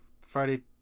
Friday